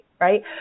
right